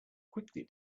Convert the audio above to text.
quickly